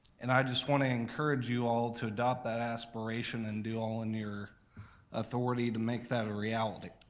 and i just want to encourage you all to adopt that aspiration and do all in your authority to make that a reality.